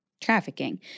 Trafficking